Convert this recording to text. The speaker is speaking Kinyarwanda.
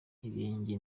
ibenge